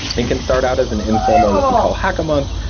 it can start out as an informal, what we call hack-a-month,